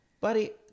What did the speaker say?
Buddy